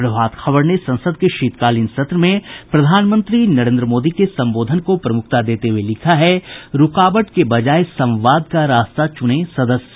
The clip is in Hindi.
प्रभात खबर ने संसद के शीतकालीन सत्र में प्रधानमंत्री नरेन्द्र मोदी के संबोधन को प्रमुखता देते हुए लिखा है रूकावट के बजाय संवाद का रास्ता चुनें सदस्य